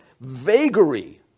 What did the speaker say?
vagary